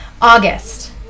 august